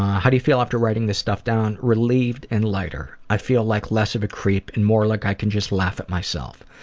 how do you feel after writing this stuff down? relieved and lighter. i feel like less of a creep and more like i can just laugh at myself.